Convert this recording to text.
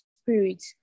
spirit